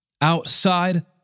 Outside